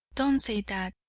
don't say that!